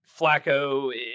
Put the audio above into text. Flacco